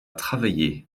travailler